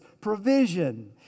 provision